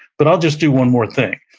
but i'll just do one more thing,